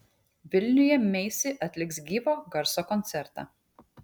vilniuje meisi atliks gyvo garso koncertą